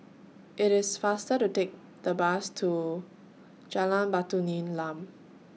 IT IS faster to Take The Bus to Jalan Batu Nilam